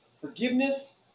Forgiveness